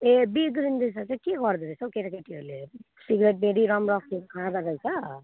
ए बिग्रिन्दैछ त के गर्दैछ रहेछौ केटाकेटीहरूले सिग्रेट बिडी रमरक्सीहरू खाँद रहेछ